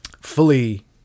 Fully